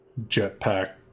jetpack